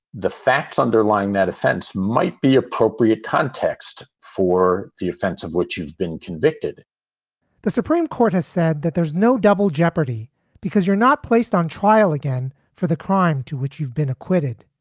the facts underlying that offense might be appropriate context for the offensive which you've been convicted the supreme court has said that there no double jeopardy because you're not placed on trial again for the crime to which you've been acquitted.